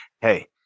Hey